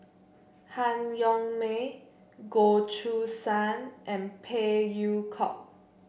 Han Yong May Goh Choo San and Phey Yew Kok